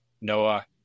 Noah